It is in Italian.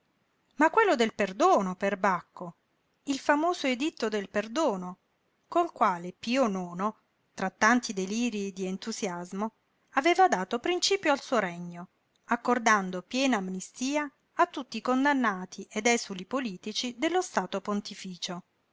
ma quello del perdono perbacco il famoso editto del perdono col quale tra tanti delirii di entusiasmo aveva dato principio al suo regno accordando piena amnistia a tutti i condannati ed esuli politici dello stato pontificio